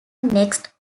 next